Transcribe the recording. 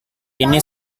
ini